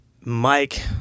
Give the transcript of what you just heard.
Mike